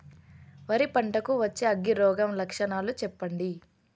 వరి పంట కు వచ్చే అగ్గి రోగం లక్షణాలు చెప్పండి?